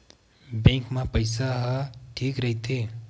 Bank मा पईसा ह ठीक राइथे?